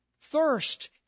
thirst